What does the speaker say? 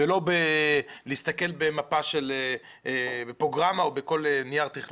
ולא להסתכל בפרוגרמה או בכל נייר תכנוני,